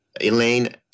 Elaine